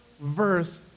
verse